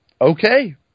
okay